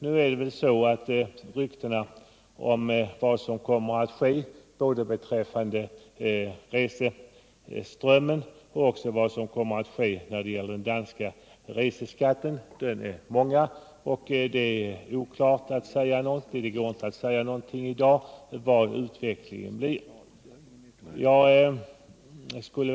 Nu är väl ryktena om vad som kommer att ske ganska många, både beträffande reseströmmen och beträffande den danska reseskatten, och det går inte att säga någonting i dag om hur utvecklingen kommer att bli.